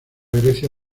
grecia